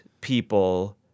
people